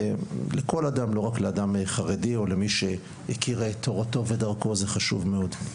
ולכל אדם לא רק לאדם חרדי או למי שהכיר את תורתו ודרכו זה חשוב מאוד.